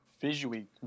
Visually